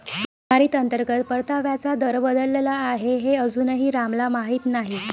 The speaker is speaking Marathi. सुधारित अंतर्गत परताव्याचा दर बदलला आहे हे अजूनही रामला माहीत नाही